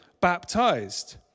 baptized